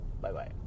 Bye-bye